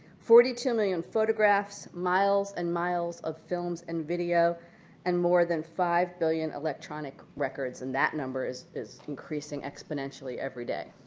forty two million photographs, miles and miles of film and video and more than five billion electronic records. and that number is is increasing exponentially every day.